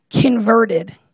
converted